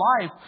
life